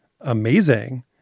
amazing